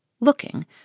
looking